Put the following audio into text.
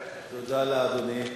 תודה לאדוני.